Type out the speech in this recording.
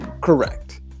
Correct